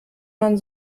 man